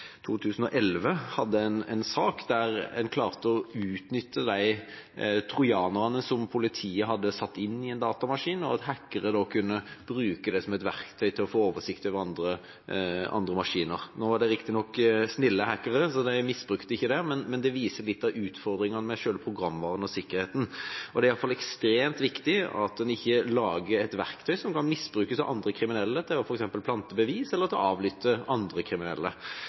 2011 hadde en sak der en klarte å utnytte de trojanerne som politiet hadde satt inn i en datamaskin, og at hackere da kunne bruke det som et verktøy til å få oversikt over andre maskiner. Det var riktignok snille hackere, så de misbrukte det ikke, men det viser litt av utfordringene med selve programvaren og sikkerheten. Det er i hvert fall ekstremt viktig at en ikke lager et verktøy som kan misbrukes av andre kriminelle til f.eks. å plante bevis eller avlytte andre kriminelle.